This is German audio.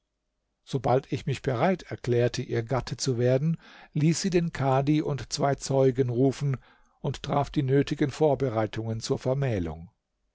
sobald ich mich bereit erklärte ihr gatte zu werden ließ sie den kadhi und zwei zeugen rufen und traf die nötigen vorbereitungen zur vermählung